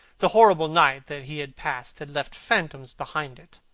the horrible night that he had passed had left phantoms behind it.